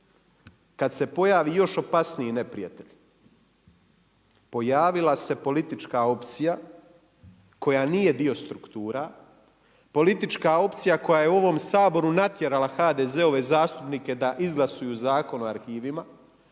Kad se pojavi još opasniji neprijatelj. Pojavila se politička opcija, koja nije dio struktura, politička opcija koja je u ovom Saboru natjerala HDZ-ove zastupnike da izglasuju Zakon o arhivima.